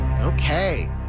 Okay